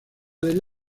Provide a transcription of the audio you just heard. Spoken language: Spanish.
del